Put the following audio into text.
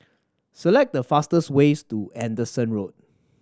select the fastest ways to Anderson Road